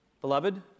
Beloved